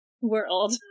world